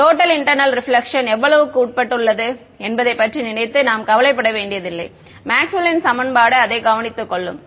total internal reflection எவ்வளவு உட்பட்டுள்ளது என்பதைப் பற்றி நினைத்து நாம் கவலைப்பட வேண்டியதில்லை மேக்ஸ்வெல்லின் சமன்பாடு அதை கவனித்துக்கொள்ளும்